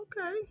Okay